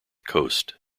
coast